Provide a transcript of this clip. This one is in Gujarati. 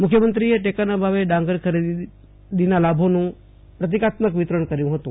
મુખ્યમંત્રીએ ટેકાના ભાવે ડાંગર ખરીદીના લાભોનું પ્રતિકાત્મક વિતરણ કર્યું હતું